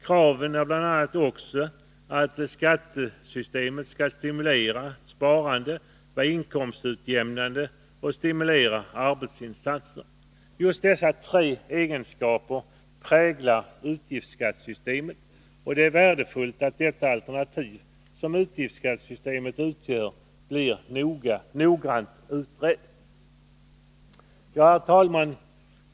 Kraven är bl.a. också att skattesystemet skall stimulera till sparande, vara inkomstutjämnande och stimulera arbetsinsatser. Just dessa tre egenskaper präglar utgiftsskattesystemet, och det är värdefullt att det alternativ som utgiftsskattesystemet utgör blir noggrant utrett. Herr talman!